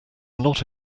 not